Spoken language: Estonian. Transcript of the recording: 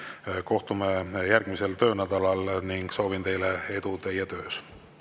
Kohtume järgmisel töönädalal. Soovin teile edu teie töös!